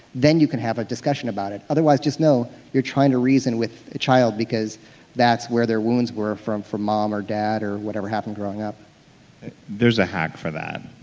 then you can have a discussion about it. otherwise just know you're trying to reason with a child because that's where their wounds were from from mom or dad or whatever happened growing up there's a hack for that.